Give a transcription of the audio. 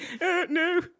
No